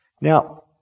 Now